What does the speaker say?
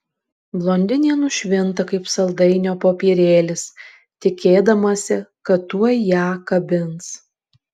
blondinė nušvinta kaip saldainio popierėlis tikėdamasi kad tuoj ją kabins